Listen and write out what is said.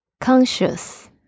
Conscious